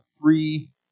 three